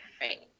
Right